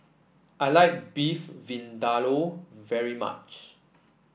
I like Beef Vindaloo very much